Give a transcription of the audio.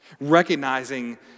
Recognizing